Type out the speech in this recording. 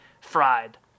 fried